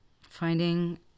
Finding